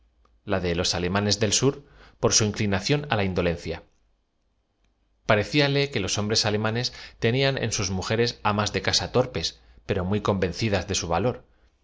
la de los alemanes del sur por su inclinación á la indolencia parecíale que los hombres alemanes tenían en sus mujeres amas de casa torpes pero muy convencidas de su valor